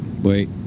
wait